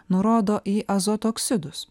nurodo į azoto oksidus